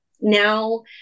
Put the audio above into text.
now